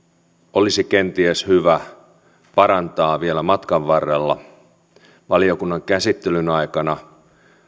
olisi kenties hyvä parantaa vielä matkan varrella valiokunnan käsittelyn aikana